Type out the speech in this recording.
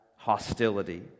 Hostility